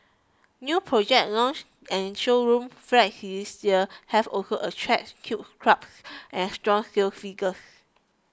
new project launch and showroom flats this year have also attracted huge crowds and strong sales figures